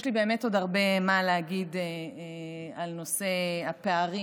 יש לי באמת עוד הרבה מה להגיד על נושא הפערים